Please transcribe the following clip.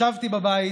ישבתי בבית,